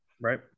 right